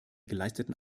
geleisteten